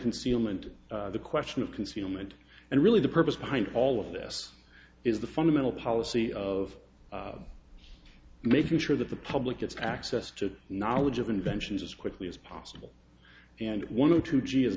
concealment the question of concealment and really the purpose behind all of this is the fundamental policy of making sure that the public gets access to knowledge of inventions as quickly as possible and one of two g is